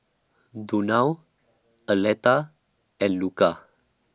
Donal Aleta and Luca